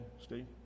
Steve